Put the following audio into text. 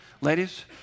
ladies